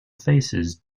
faces